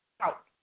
out